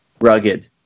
rugged